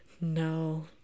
No